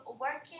working